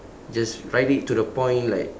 just write it to the point like